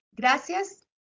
Gracias